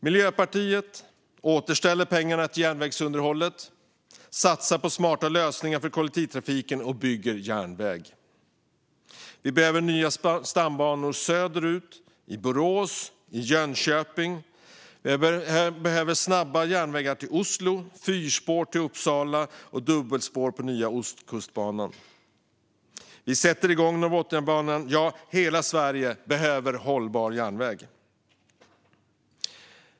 Miljöpartiet återställer pengarna till järnvägsunderhållet, satsar på smarta lösningar för kollektivtrafiken och bygger järnväg. Vi behöver nya stambanor söderut, i Borås och i Jönköping. Vi behöver snabba järnvägar till Oslo, fyrspår till Uppsala och dubbelspår på nya Ostkustbanan. Vi sätter igång Norrbotniabanan. Hela Sverige behöver hållbar järnväg.